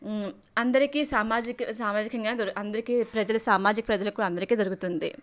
అందరికీ సామాజిక సామాజికంగా అందరికీ ప్రజల సామాజిక ప్రజలకు అందరికీ దొరుకుతుంది